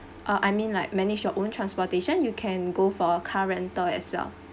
uh I mean like manage your own transportation you can go for car rental as well